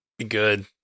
good